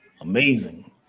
amazing